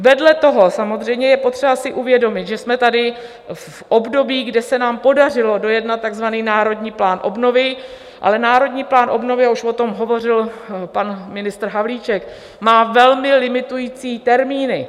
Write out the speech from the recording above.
Vedle toho samozřejmě je potřeba si uvědomit, že jsme tady v období, kdy se nám podařilo dojednat takzvaný Národní plán obnovy, ale Národní plán obnovy a už o tom hovořil pan ministr Havlíček má velmi limitující termíny.